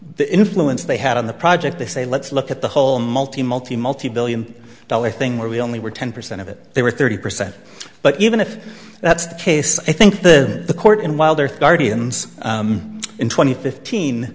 the influence they had on the project they say let's look at the whole multi multi multi billion dollar thing where we only were ten percent of it they were thirty percent but even if that's the case i think the court in while they're thirty and in twenty fifteen